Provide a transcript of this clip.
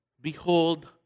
Behold